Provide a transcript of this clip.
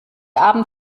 abend